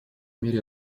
мере